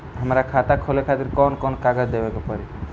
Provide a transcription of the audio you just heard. हमार खाता खोले खातिर कौन कौन कागज देवे के पड़ी?